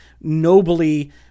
nobly